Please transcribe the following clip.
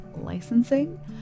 licensing